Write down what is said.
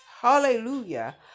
Hallelujah